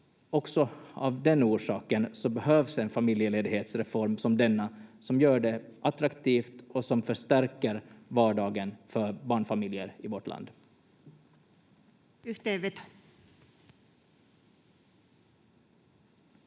Också av den orsaken behövs en familjeledighetsreform som denna, som gör det attraktivt och som förstärker vardagen för barnfamiljer i vårt land. [Tulkki